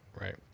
right